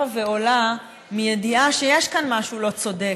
ועולה מידיעה שיש כאן משהו לא צודק,